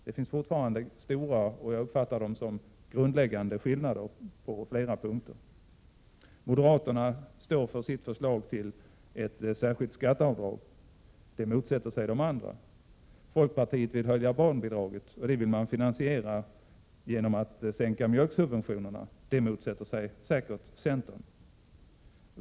Det finns stora skillnader —- som jag uppfattar som grundläggande — på flera punkter. Moderaterna står för sitt förslag om ett särskilt skatteavdrag. Det motsätter sig de andra. Folkpartiet vill höja barnbidraget, och det vill man finansiera genom att sänka mjölksubventionerna. Det motsätter sig säkert centern.